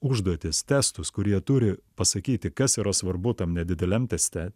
užduotis testus kur jie turi pasakyti kas yra svarbu tam nedideliam teste